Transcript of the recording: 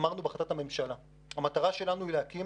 אנחנו אמרנו בהחלטת הממשלה שהמטרה שלנו היא להקים